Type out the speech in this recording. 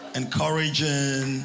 encouraging